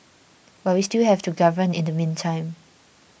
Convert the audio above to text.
but we still have to govern in the meantime